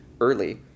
early